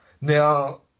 Now